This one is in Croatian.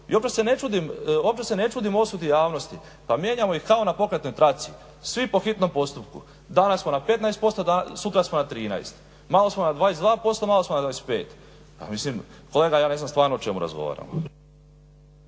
Uopće se ne čudim osudi javnosti pa mijenjamo ih kao na pokretnoj traci, svi po hitnom postupku. Danas smo na 15%, sutra smo na 13. Malo smo na 22%, malo smo na 25. Pa mislim, kao da ja ne znam stvarno o čemu razgovaramo.